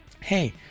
Hey